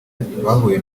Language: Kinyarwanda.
bahuye